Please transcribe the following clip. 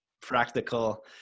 practical